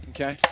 Okay